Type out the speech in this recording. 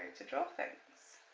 to draw things.